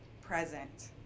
present